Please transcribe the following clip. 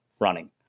running